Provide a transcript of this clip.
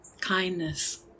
kindness